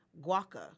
Guaca